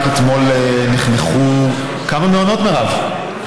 רק אתמול נחנכו, כמה מעונות, מירב?